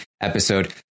episode